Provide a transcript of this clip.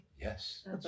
yes